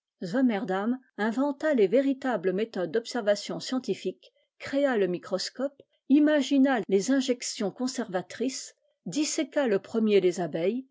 swammerdam inventa les véritables méthodes d'observation scientifique créa le microscope imagina les injections conservatrices disséqua le premier les abeilles